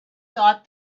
thought